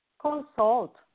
consult